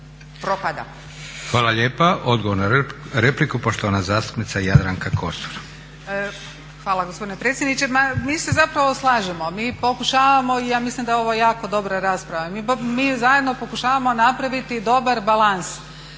Hvala lijepa. Odgovor na repliku, poštovana zastupnica Jadranka Kosor. **Kosor, Jadranka (Nezavisni)** Hvala gospodine predsjedniče. Ma mi se zapravo slažemo. Mi pokušavamo, i ja mislim da je ovo jako dobra rasprava, mi zajedno pokušavamo napraviti dobar balans